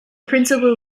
principle